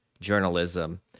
journalism